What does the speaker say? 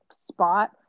spot